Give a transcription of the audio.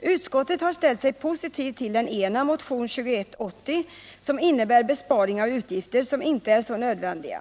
Utskottet har ställt sig positivt till den ena motionen, nr 2180, som skulle innebära en besparing av utgifter som inte är så nödvändiga.